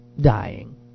dying